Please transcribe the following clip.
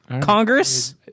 Congress